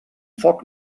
foc